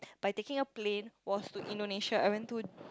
by taking a plane was to Indonesia I went to